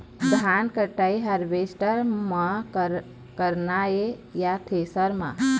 धान कटाई हारवेस्टर म करना ये या थ्रेसर म?